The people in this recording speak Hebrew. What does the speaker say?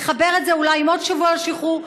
לחבר את זה אולי עם עוד שבוע שחרור,